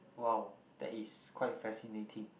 wow that is quite fascinating